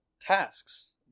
tasks